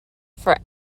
for